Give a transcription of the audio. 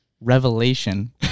revelation